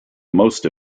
most